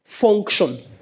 function